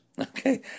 okay